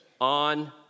on